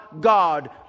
God